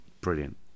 brilliant